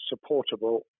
supportable